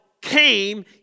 came